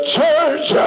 church